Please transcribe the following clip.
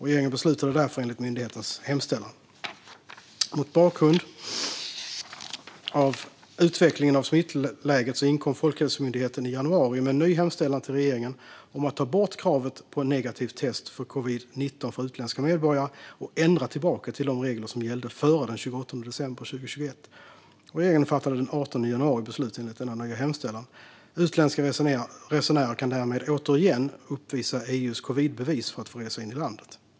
Regeringen beslutade därför enligt myndighetens hemställan. Mot bakgrund av utvecklingen av smittläget inkom Folkhälsomyndigheten i januari med en ny hemställan till regeringen om att ta bort kravet på negativt test för covid-19 för utländska medborgare och ändra tillbaka till de regler som gällde före den 28 december 2021. Regeringen fattade den 18 januari beslut enligt denna nya hemställan. Utländska resenärer kan därmed återigen uppvisa EU:s covidbevis för att få resa in i landet.